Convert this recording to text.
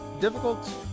difficult